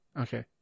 Okay